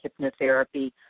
hypnotherapy